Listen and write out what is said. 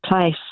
place